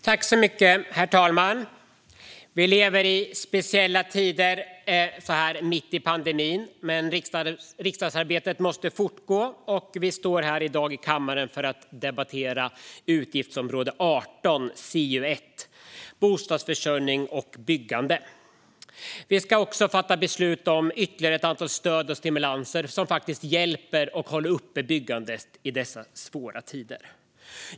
Herr talman! Vi lever i speciella tider mitt i en pandemi. Men riksdagsarbetet fortgår, och vi debatterar nu utgiftsområde 18 CU1 om bostadsförsörjning och byggande. Vi ska fatta beslut om ytterligare stöd och stimulanser som ska hjälpa att hålla uppe byggandet i dessa svåra tider.